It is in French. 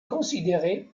considérée